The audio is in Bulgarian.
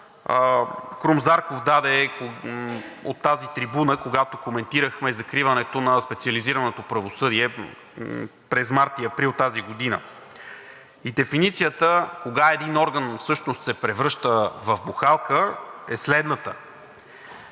Крум Зарков даде от тази трибуна, когато коментирахме закриването на специализираното правосъдие през март и април тази година. И дефиницията кога един орган всъщност се превръща в бухалка, която